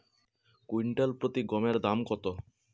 Quintal প্রতি গমের দাম কত?